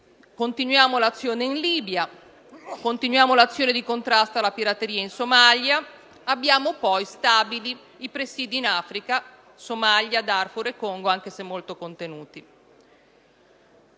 continuiamo l'azione in Libia; prosegue l'azione di contrasto alla pirateria in Somalia; abbiamo poi stabili i presidi in Africa: Somalia, Darfur e Congo, anche se molto contenuti.